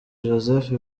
joseph